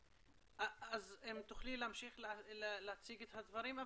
אז אם תוכלי להמשיך להציג את הדברים,